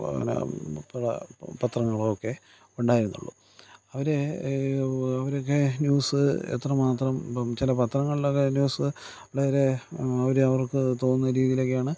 പിന്നെ പത്രങ്ങളുമൊക്കെ ഉണ്ടായിരുന്നുള്ളൂ അവർ അവരൊക്കെ ന്യൂസ് എത്രമാത്രം ചില പത്രങ്ങളിലൊക്കെ ന്യൂസ് വളരെ അവർ അവർക്ക് തോന്നുന്ന രീതിയിലൊക്കെയാണ്